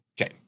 Okay